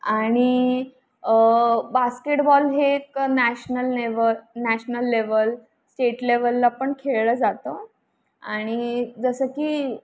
आणि बास्केटबॉल हे एक national level national level state लेवलला पण खेळलं जातं आणि जसं की